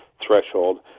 threshold